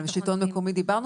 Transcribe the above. אבל עם השלטון המקומי דיברנו.